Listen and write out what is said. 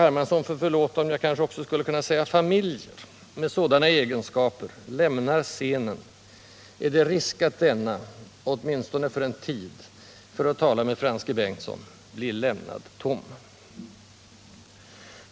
Hermansson får förlåta om jag också skulle kunna säga familjer — med sådana egenskaper lämnar scenen är det risk att denna — åtminstone för en tid — för att tala med Frans G. Bengtsson — blir lämnad tom.